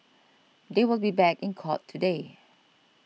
they will be back in court today